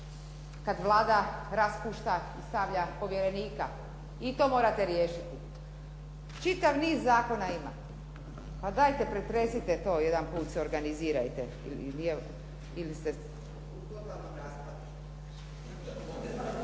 kad Vlada raspušta i stavlja povjerenika i to morate riješiti. Čitav niz zakona ima, pa dajte pretresite to jedanput se organizirajte